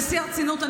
בשיא הרצינות,